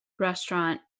restaurant